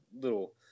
little